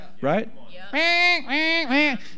right